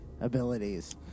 abilities